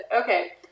Okay